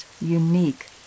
unique